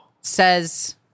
says